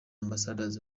ambassador